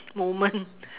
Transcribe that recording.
moment